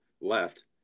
left